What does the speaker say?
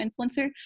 influencer